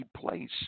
place